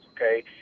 Okay